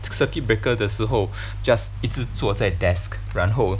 circuit breaker 的时候 just 一直坐在 desk 然后